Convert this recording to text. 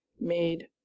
made